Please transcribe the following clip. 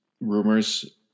rumors